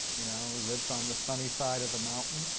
you know he lives on the sunny side of the mountain.